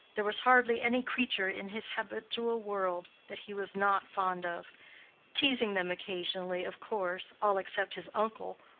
there was hardly any creature in his habitual world that he was not fond of teasing them occasionally, of course all except his uncle,